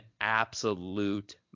absolute